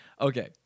Okay